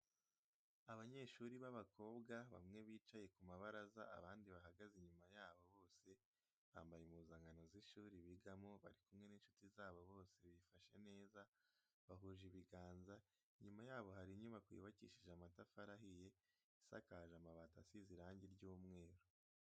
Abanyeshuri b'abakobwa bamwe bicaye ku mabaraza abandi bahagaze inyuma yabo bose, bambaye impuzankano z'ishuri bigamo bari kumwe n'inshuti zabo bose bifashe neza, bahuje ibiganza, inyuma yabo hari inyubako yubakishije amatafari ahiye isakaje amabati izize irangi ry'umweru.